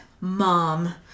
Mom